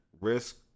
risk